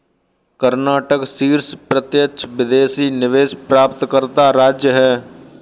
कर्नाटक शीर्ष प्रत्यक्ष विदेशी निवेश प्राप्तकर्ता राज्य है